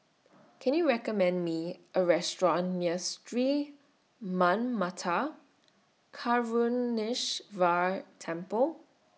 Can YOU recommend Me A Restaurant near Sri Manmatha Karuneshvarar Temple